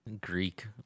Greek